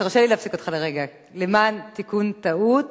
תרשה לי להפסיק אותך לרגע למען תיקון טעות,